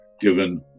given